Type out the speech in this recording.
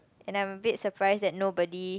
and I'm a bit surprised that nobody